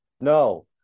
No